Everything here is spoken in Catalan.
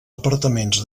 apartaments